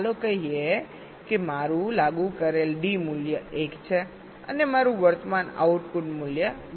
ચાલો કહીએ કે મારું લાગુ કરેલ D મૂલ્ય 1 છે અને મારું વર્તમાન આઉટપુટ મૂલ્ય 0 છે